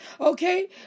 okay